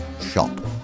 shop